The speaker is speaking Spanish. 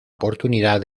oportunidad